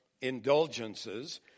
indulgences